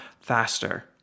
faster